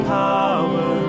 power